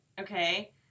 Okay